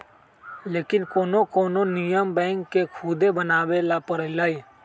लेकिन कोनो कोनो नियम बैंक के खुदे बनावे ला परलई